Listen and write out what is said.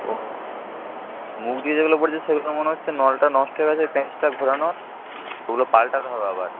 ও মুখ দিয়ে যেগুলো পড়ছে সেগুলো মনে হচ্ছে নলটা নষ্ট হয়ে গেছে ওই প্যাঁচটা ঘোরানোর ওগুলো পাল্টাতে হবে আবার